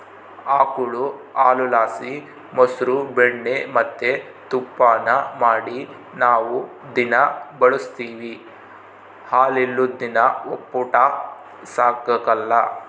ಆಕುಳು ಹಾಲುಲಾಸಿ ಮೊಸ್ರು ಬೆಣ್ಣೆ ಮತ್ತೆ ತುಪ್ಪಾನ ಮಾಡಿ ನಾವು ದಿನಾ ಬಳುಸ್ತೀವಿ ಹಾಲಿಲ್ಲುದ್ ದಿನ ಒಪ್ಪುಟ ಸಾಗಕಲ್ಲ